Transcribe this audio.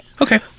okay